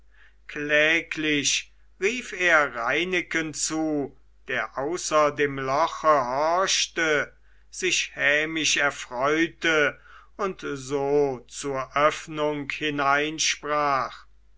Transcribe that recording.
kläglich rief er reineken zu der außer dem loche horchte sich hämisch erfreute und so zur öffnung